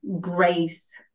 grace